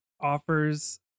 offers